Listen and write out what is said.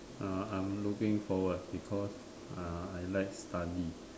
uh I'm looking forward because uh I like study